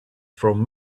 from